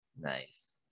Nice